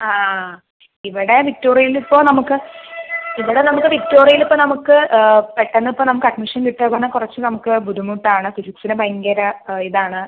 ആ ആ ആ ഇവിടെ വിക്ടോറിയയിൽ ഇപ്പോൾ നമുക്ക് ഇവിടെ നമുക്ക് വിക്ടോറിയയിൽ ഇപ്പം നമുക്ക് പെട്ടെന്ന് ഇപ്പം നമുക്ക് അഡ്മിഷൻ കിട്ടുക പറഞ്ഞാൽ കുറച്ച് നമുക്ക് ബുദ്ധിമുട്ട് ആണ് ഫിസിക്സിന് ഭയങ്കര ഇത് ആണ്